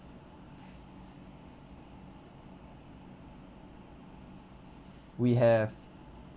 we have